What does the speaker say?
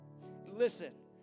Listen